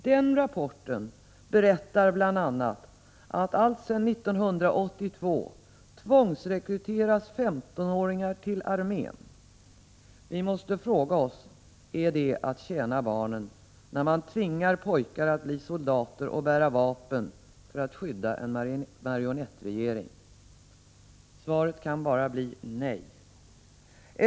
Den rapporten berättar bl.a. att sedan 1982 tvångsrekryteras 15-åringar till armén. Vi måste fråga: Är det att tjäna barnen när man tvingar pojkar att bli soldater och bära vapen för att skydda en marionettregering? Svaret kan bara bli nej.